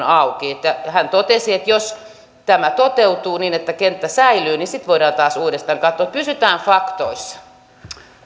auki hän totesi että jos tämä toteutuu niin että kenttä säilyy niin sitten voidaan taas uudestaan katsoa pysytään faktoissa